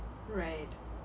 right